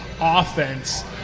offense